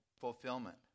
fulfillment